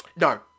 no